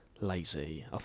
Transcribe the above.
lazy